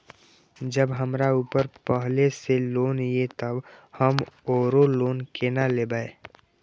जब हमरा ऊपर पहले से लोन ये तब हम आरो लोन केना लैब?